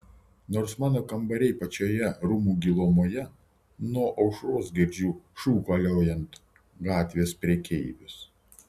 nors mano kambariai pačioje rūmų gilumoje nuo aušros girdžiu šūkaliojant gatvės prekeivius